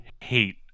hate